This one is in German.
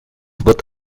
wird